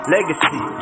Legacy